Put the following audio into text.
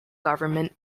government